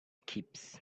keeps